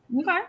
Okay